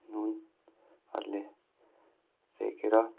नुनहरूले सेकेर